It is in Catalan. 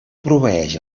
proveeix